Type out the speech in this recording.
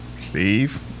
Steve